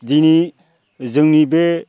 दिनै जोंनि बे